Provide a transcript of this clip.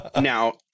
Now